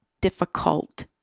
difficult